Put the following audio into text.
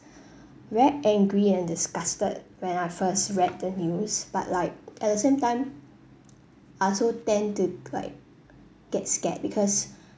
very angry and disgusted when I first read the news but like at the same time I also tend to like get scared because